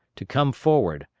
to come forward,